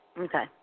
Okay